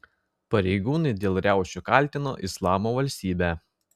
pareigūnai dėl riaušių kaltino islamo valstybę